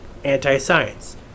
anti-science